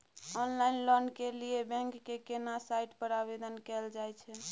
Online loan के लिए bank के केना साइट पर आवेदन कैल जाए छै?